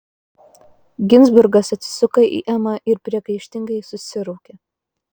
ginzburgas atsisuko į emą ir priekaištingai susiraukė